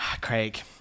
craig